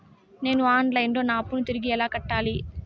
నేను online లో నా అప్పును తిరిగి ఎలా కట్టాలి?